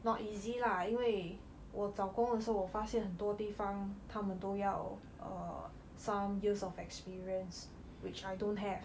not easy lah 因为我找工的时候我发现很多地方他们都要 err some years of experience which I don't have